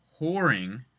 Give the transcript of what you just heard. whoring